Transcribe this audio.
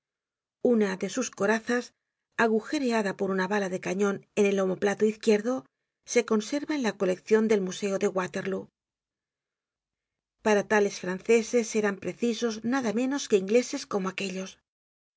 una de sus corazas agujereada por una bala de cañon en el omoplato izquierdo se conserva en la coleccion del museo de waterlóo para tales franceses eran precisos nada menos que ingleses como aquellos